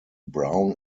brown